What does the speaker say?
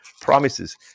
promises